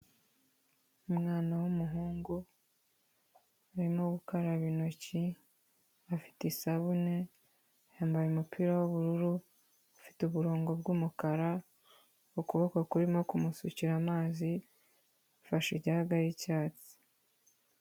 Umwana w'umuhungu, arimo gukaraba intoki, afite isabune, yambaye umupira w'ubururu, ufite uburongo bw'umukara, ukuboko kurimo kumusukira amazi, afashe ijaga y'icyatsi.